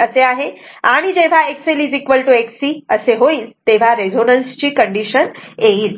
असे आहे आणि जेव्हा XLXC असे होईल तेव्हा रेझोनन्स ची कंडीशन येईल